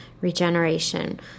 regeneration